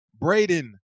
Braden